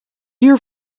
dear